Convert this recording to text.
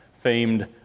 famed